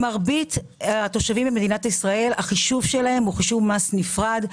מרבית החישובים במדינת ישראל החישוב שלהם הוא חישוב מס נפרד,